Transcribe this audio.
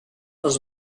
els